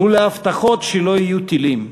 מול ההבטחות שלא יהיו טילים,